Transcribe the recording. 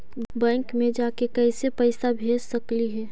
Bank मे जाके कैसे पैसा भेज सकली हे?